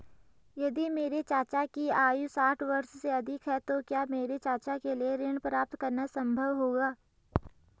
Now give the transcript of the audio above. यदि मेरे चाचा की आयु साठ वर्ष से अधिक है तो क्या मेरे चाचा के लिए ऋण प्राप्त करना संभव होगा?